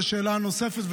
תודה על השאלה הנוספת,